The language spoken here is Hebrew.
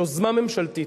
יוזמה ממשלתית,